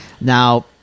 now